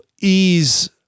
ease